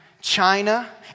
China